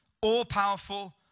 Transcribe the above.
all-powerful